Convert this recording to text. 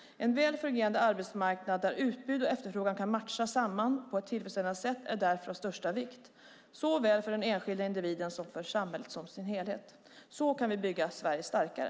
En väl fungerande arbetsmarknad, där utbud och efterfrågan kan matchas samman på ett tillfredsställande sätt, är därför av största vikt, såväl för den enskilda individen som för samhället som helhet. Så kan vi bygga Sverige starkare.